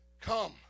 Come